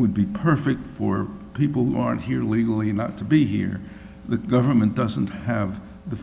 would be perfect for people who are here legally not to be here the government doesn't have the